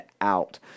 out